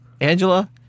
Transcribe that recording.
Angela